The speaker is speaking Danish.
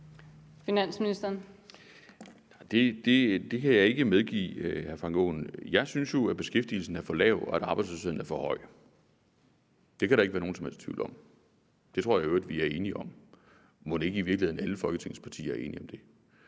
(Bjarne Corydon): Det kan jeg ikke medgive hr. Frank Aaen. Jeg synes jo, at beskæftigelsen er for lav og at arbejdsløsheden er for høj. Det kan der ikke være nogen som helst tvivl om. Det tror jeg i øvrigt vi er enige om. Mon ikke i virkeligheden alle Folketingets partier er enige om det?